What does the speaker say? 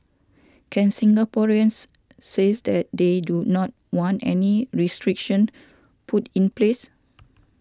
can Singaporeans says that they do not want any restriction put in place